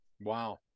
Wow